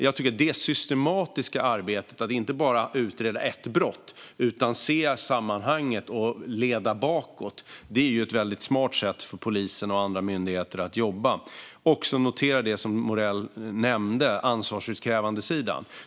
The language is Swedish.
Jag tycker att detta systematiska arbete, att inte bara utreda brott utan se sammanhanget och leda det bakåt, är ett väldigt smart sätt för polisen och andra myndigheter att jobba. Jag noterade också det som Morell nämnde om ansvarsutkrävande.